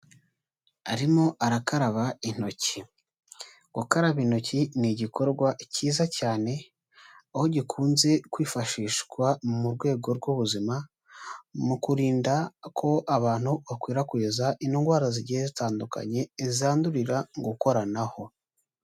Arimo arakaraba intoki, gukaraba intoki ni igikorwa cyiza cyane aho gikunze kwifashishwa mu rwego rw'ubuzima mu kurinda ko abantu bakwirakwiza indwara zigiye zitandukanye zandurira mu gukoranaho.